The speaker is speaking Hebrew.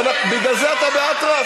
שאנחנו, בגלל זה אתה באטרף?